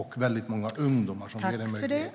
Även väldigt många ungdomar får en möjlighet här.